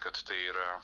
kad tai yra